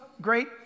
great